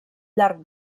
llarg